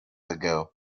ago